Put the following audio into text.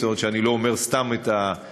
זאת אומרת שאני לא אומר סתם את הדברים.